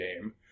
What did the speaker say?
game